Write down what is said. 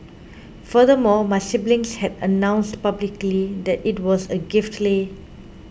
furthermore my siblings had announced publicly that it was a gift leh